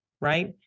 right